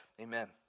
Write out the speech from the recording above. Amen